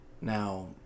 Now